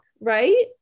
right